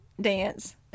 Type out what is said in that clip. dance